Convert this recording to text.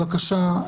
בבקשה,